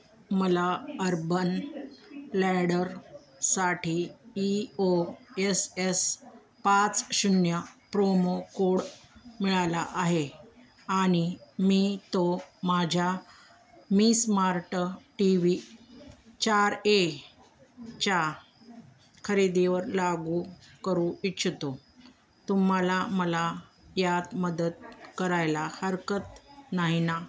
मला अर्बन लॅडरसाठी E O S S पाच शून्य प्रोमो कोड मिळाला आहे आणि मी तो माझ्या मी स्मार्ट टी व्ही चार एच्या खरेदीवर लागू करू इच्छितो तुम्हाला मला यात मदत करायला हरकत नाही ना